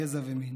גזע ומין.